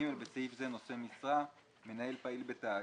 (ג)בסעיף זה, "נושא משרה" מנהל פעיל בתאגיד,